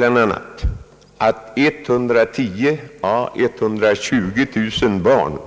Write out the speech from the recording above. a. tillföres 110 000—120 000 barn